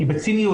היא בציניות,